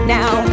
now